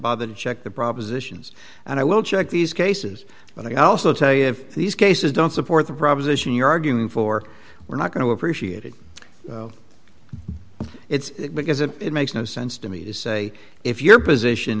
bothered to check the propositions and i will check these cases but i also tell you if these cases don't support the proposition you're arguing for we're not going to appreciate it it's because it makes no sense to me to say if your position